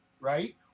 right